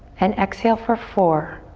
and exhale for four,